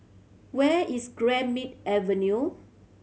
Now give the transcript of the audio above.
where is Greenmead Avenue